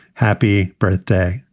happy birthday.